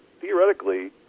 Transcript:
theoretically